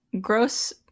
Gross